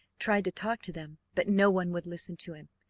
tried to talk to them, but no one would listen to him,